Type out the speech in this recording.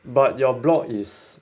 but your block is